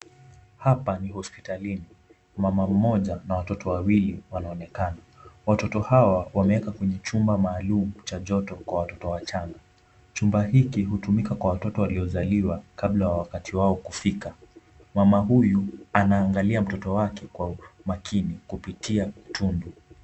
Hapa ni hospitalini. Mama mmoja na watoto wawili wanaonekana. Watoto hawa wameweka kwenye chumba maalum cha joto kwa watoto wachanga. Chumba hiki hutumika kwa watoto waliozaliwa kabla ya wakati wao kufika. Mama huyu anaangalia mtoto wake kwa umakini kupitia tundu.